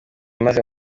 maze